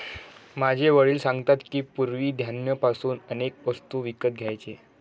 माझे वडील सांगतात की, पूर्वी धान्य पासून अनेक वस्तू विकत घ्यायचे